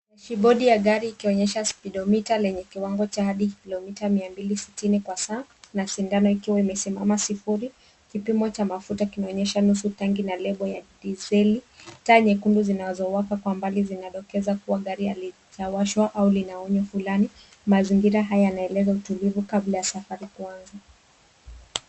Kibodi ya gari ikionyesha spidomita lenye kiwango cha hadi kilomita 260 kwa saa na sindano ikiwa imesimama sufuri. Kipimo cha mafuta kimeonyesha nusu tangi na lebo ya diseli taa nyekundu zinazowaka kwa umbali zinadokeza kuwa gari halijawashwa au lina onyo fulani. Mazingira haya yanaeleza utulivu kabla ya safari kuanza.